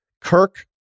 Kirk